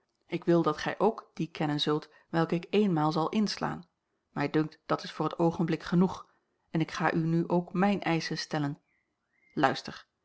ik wil dat gij ook dien kennen zult welke ik eenmaal zal inslaan mij dunkt dat is voor het oogenblik genoeg en ik ga u nu ook mijne eischen stellen luister